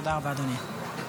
תודה רבה, אדוני.